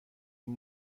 این